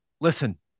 listen